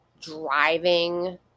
driving